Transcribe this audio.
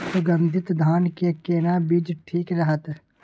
सुगन्धित धान के केना बीज ठीक रहत?